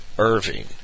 Irving